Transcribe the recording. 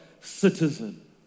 citizen